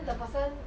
mm